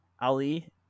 ali